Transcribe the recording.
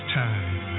time